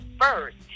first